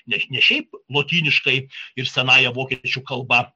ne ne šiaip lotyniškai ir senąja vokiečių kalba